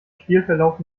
spielverlauf